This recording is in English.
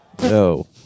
No